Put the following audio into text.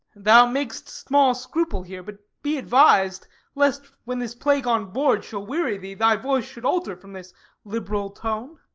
thou mak'st small scruple here but be advised lest, when this plague on board shall weary thee, thy voice should alter from this liberal tone.